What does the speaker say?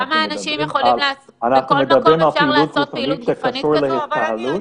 אנחנו מדברים על פעילות גופנית שקשורה להתקהלות